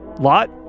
Lot